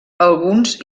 alguns